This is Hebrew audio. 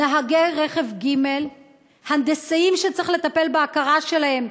נהגי רכב ג'; הנדסאים שצריך לטפל בהכרה שלהם,